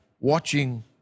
watching